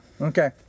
okay